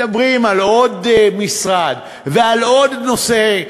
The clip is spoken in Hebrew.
מדברים על עוד משרד ועל עוד נושא,